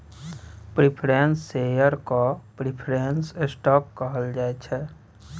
preference share केँ preference stock कहल जाइ छै